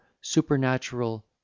supernatural